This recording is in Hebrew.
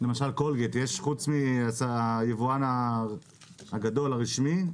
למשל, קולגייט, חוץ מהיבואן הגדול הרשמי,